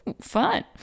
fun